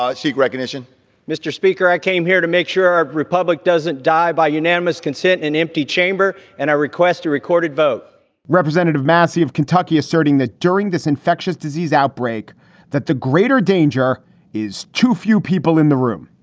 ah seek recognition mr. speaker, i came here to make sure our republic doesn't die by unanimous consent, an empty chamber and i request a recorded vote representative massie of kentucky asserting that during this infectious disease outbreak that the greater danger is too few people in the room.